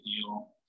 deal